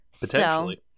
Potentially